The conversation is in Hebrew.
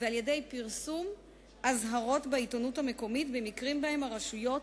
ועל-ידי פרסום אזהרות בעיתונות המקומית במקרים שבהם הרשויות